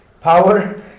power